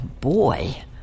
boy